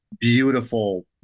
beautiful